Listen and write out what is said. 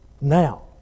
now